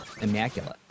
immaculate